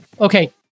Okay